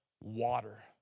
water